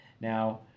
Now